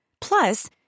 Plus